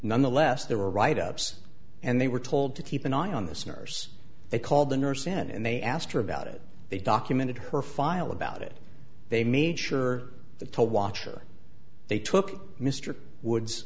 nonetheless there were write ups and they were told to keep an eye on the sinners they called the nurse in and they asked her about it they documented her file about it they made sure that to watch or they took mr woods